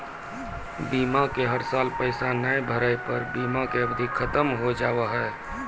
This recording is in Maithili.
बीमा के हर साल पैसा ना भरे पर बीमा के अवधि खत्म हो हाव हाय?